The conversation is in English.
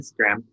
Instagram